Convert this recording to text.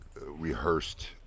rehearsed